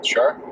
Sure